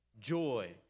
joy